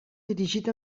dirigit